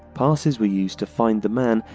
passes were used to find the man,